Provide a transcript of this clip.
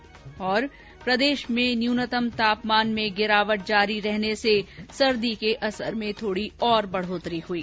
्प्रदेश में न्यूनतम तापमान में गिरावट जारी रहने से सर्दी के असर में थोडी और बढोतरी हुई